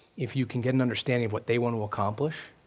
if you can get an understanding of what they want to accomplish,